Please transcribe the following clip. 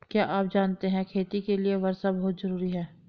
क्या आप जानते है खेती के लिर वर्षा बहुत ज़रूरी है?